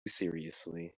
seriously